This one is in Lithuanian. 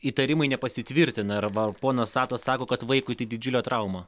įtarimai nepasitvirtina arba ponas atas sako kad vaikui tai didžiulė trauma